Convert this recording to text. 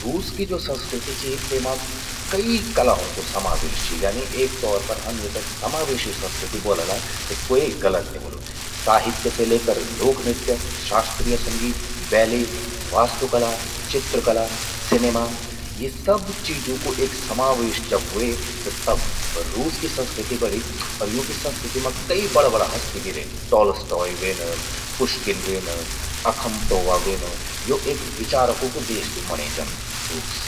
रूस कि ज्वो संस्कृति चि तेमा कई कलाओं कु समावेश चि। यानि एक तौर पर हम येते समावेशी संस्कृति ब्वोलला त क्वे गलत नि व्होलु। साहित्य से लेकर लोकनृत्य, शास्त्रीय संगीत, बैले, वास्तुकला, चित्रकला, सिनेमा, यीं सब चीजों कु एक समावेश जब व्हे, तब रूस कि संस्कृति बणि। और यूंकि संस्कृति मां कई बड़ा बड़ा हस्ति भी रेन। चॉलस्टॉय व्हेन, पुष्किन व्हेन, अखमतोआ व्हेन, यो एक विचारकों कु देश भी मण्ये जंद रूस।